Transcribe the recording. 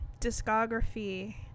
discography